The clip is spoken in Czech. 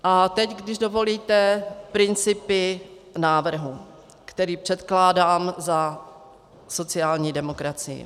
A teď, když dovolíte, principy návrhu, který předkládám za sociální demokracii.